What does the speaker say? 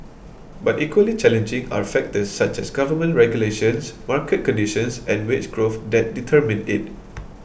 but equally challenging are factors such as government regulations market conditions and wage growth that determine it